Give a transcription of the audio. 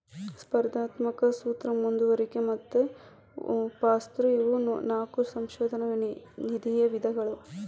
ಸ್ಪರ್ಧಾತ್ಮಕ ಸೂತ್ರ ಮುಂದುವರಿಕೆ ಮತ್ತ ಪಾಸ್ಥ್ರೂ ಇವು ನಾಕು ಸಂಶೋಧನಾ ನಿಧಿಯ ವಿಧಗಳು